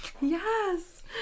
Yes